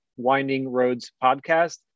windingroadspodcast